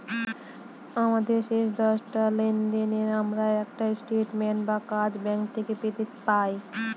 আমাদের শেষ দশটা লেনদেনের আমরা একটা স্টেটমেন্ট বা কাগজ ব্যাঙ্ক থেকে পেতে পাই